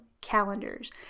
calendars